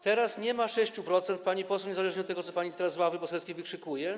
Teraz nie ma 6%, pani poseł, niezależnie od tego, co pani z ławy poselskiej wykrzykuje.